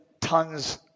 tons